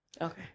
Okay